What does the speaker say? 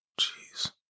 Jeez